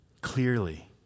clearly